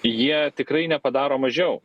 jie tikrai nepadaro mažiau